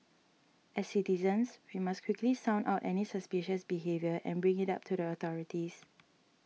as citizens we must quickly sound out any suspicious behaviour and bring it up to the authorities